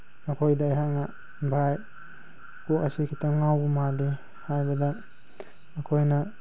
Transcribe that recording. ꯃꯈꯣꯏꯗ ꯑꯩꯍꯥꯛꯅ ꯕꯥꯏ ꯀꯣꯛ ꯑꯁꯤ ꯈꯤꯇꯪ ꯉꯥꯎꯕ ꯃꯥꯜꯂꯤ ꯍꯥꯏꯕꯗ ꯃꯈꯣꯏꯅ